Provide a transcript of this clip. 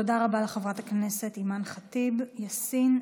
תודה רבה לחברת הכנסת אימאן ח'טיב יאסין,